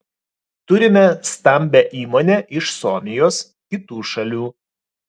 turime stambią įmonę iš suomijos kitų šalių